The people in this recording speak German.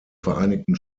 vereinigten